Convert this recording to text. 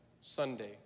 Sunday